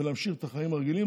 ונמשיך את החיים הרגילים.